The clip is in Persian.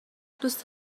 دوست